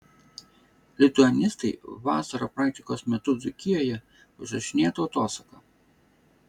lituanistai vasarą praktikos metu dzūkijoje užrašinėjo tautosaką